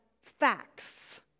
facts